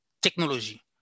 technologie